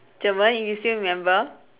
German if you still remember